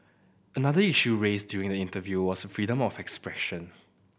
another issue raised during the interview was freedom of expression